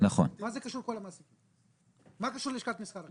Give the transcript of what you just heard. מה קשורה לשכת המסחר?